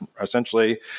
essentially